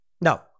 No